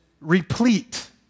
replete